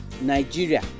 Nigeria